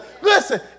listen